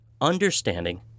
understanding